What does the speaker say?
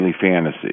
fantasy